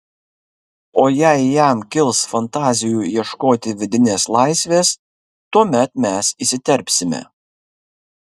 o jei jam kils fantazijų ieškoti vidinės laisvės tuomet mes įsiterpsime